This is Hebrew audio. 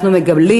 אנחנו מגלים